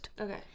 Okay